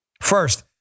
First